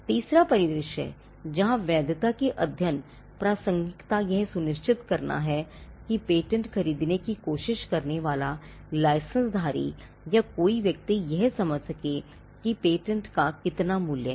तीसरा परिदृश्य जहां वैधता के अध्ययन प्रासंगिकता यह सुनिश्चित करना है कि पेटेंट खरीदने की कोशिश करने वाला लाइसेंसधारी या कोई व्यक्ति यह समझ सके कि पेटेंट का कितना मूल्य है